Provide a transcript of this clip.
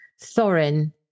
Thorin